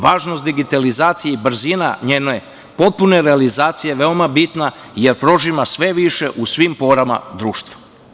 Važnost digitalizacije i brzina njene potpune realizacije je veoma bitna jer prožima sve više u svim porama društva.